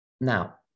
Now